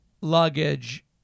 luggage